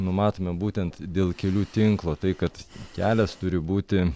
numatome būtent dėl kelių tinklo tai kad kelias turi būti